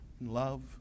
love